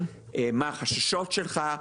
מה החששות שלך,